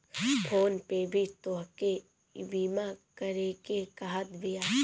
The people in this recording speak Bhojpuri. फ़ोन पे भी तोहके ईबीमा करेके कहत बिया